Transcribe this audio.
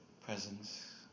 presence